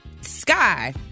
Sky